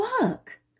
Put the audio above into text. work